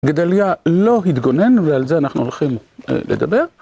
גדליה לא התגונן ועל זה אנחנו הולכים לדבר.